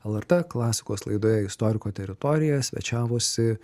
lrt klasikos laidoje istoriko teritorija svečiavosi